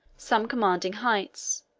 some commanding heights,